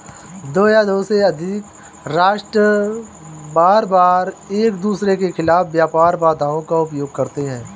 दो या दो से अधिक राष्ट्र बारबार एकदूसरे के खिलाफ व्यापार बाधाओं का उपयोग करते हैं